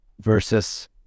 Versus